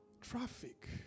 Traffic